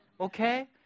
Okay